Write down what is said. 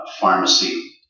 Pharmacy